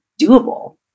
doable